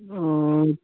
অঁ